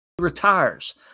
retires